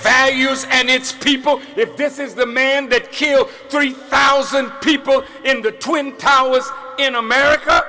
values and its people if this is the man that killed three thousand people in the twin towers in america